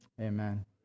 amen